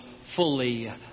fully